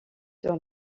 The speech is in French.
sur